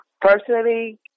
personally